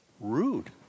rude